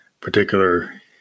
particular